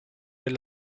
del